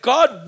God